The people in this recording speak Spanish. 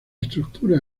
estructura